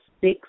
six